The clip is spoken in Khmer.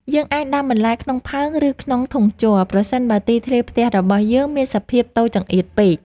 យើងអាចដាំបន្លែក្នុងផើង ឬក្នុងធុងជ័រ ប្រសិនបើទីធ្លាផ្ទះរបស់យើងមានសភាពតូចចង្អៀតពេក។